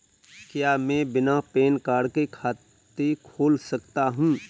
क्या मैं बिना पैन कार्ड के खाते को खोल सकता हूँ?